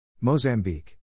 Mozambique